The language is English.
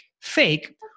fake